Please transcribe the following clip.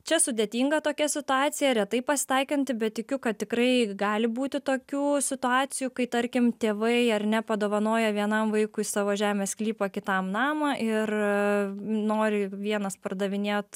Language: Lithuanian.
čia sudėtinga tokia situacija retai pasitaikanti bet tikiu kad tikrai gali būti tokių situacijų kai tarkim tėvai ar ne padovanoja vienam vaikui savo žemės sklypą kitam namą ir nori vienas pardavinėt